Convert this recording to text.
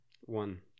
One